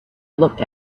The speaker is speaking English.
looked